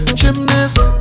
gymnast